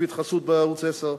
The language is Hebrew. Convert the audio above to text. שקופית חסות בערוץ-10,